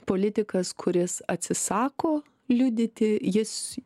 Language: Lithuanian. politikas kuris atsisako liudyti jis